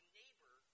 neighbor